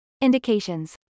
Indications